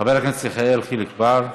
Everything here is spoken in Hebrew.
חבר הכנסת יחיאל חיליק בר,